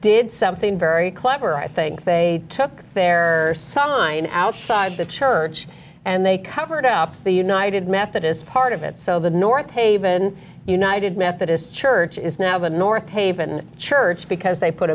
did something very clever i think they took their sign outside the church and they covered up the united methodist part of it so the north haven united methodist church is now a north haven church because they put